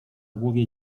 głowie